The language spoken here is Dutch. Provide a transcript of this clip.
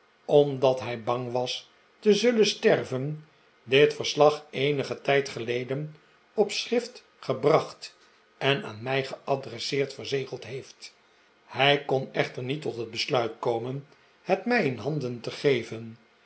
omdat hij bang was te zullen sterven dit verslag eenigen tijd geleden op schrift gebracht en aan mij geadresseerd verzegeld heeft hij kon echter niet tot het besluit komen het mij in handen te gevem